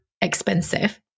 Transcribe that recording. expensive